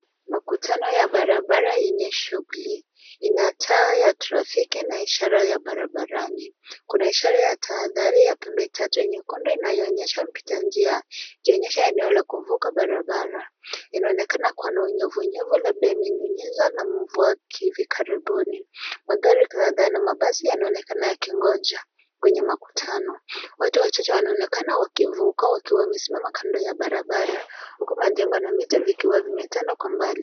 Makutano ya barabara yenye shughuli ina taa ya trafiki na ishara ya barabarani. Kuna ishara ya tahadhari ya pembe tatu nyekundu inayoonyesha mpita njia ikionyesha eneo la kuvuka barabara. Inaonekana kuwa na unyevunyevu labda imenyunyizwa na mvua hivi karibuni. Magari kadhaa na mabasi yanaonekana yakingoja kwenye makutano. Watu wachache wanaonekana wakivuka wakiwa wamesimama kando ya barabara huku majengo na miti vikiwa vimetengwa kwa mbali.